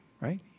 right